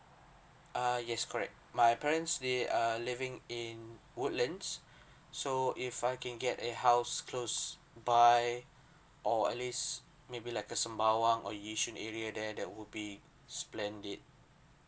err yes correct my parents they err living in woodlands so if I can get a house close by or at least maybe like a sembawang or yishun area there that would be splendid